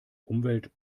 umwelt